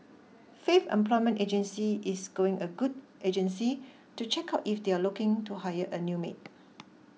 Faith Employment Agency is going a good agency to check out if they are looking to hire a new maid